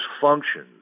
functions